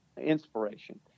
inspiration